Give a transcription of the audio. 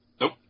Nope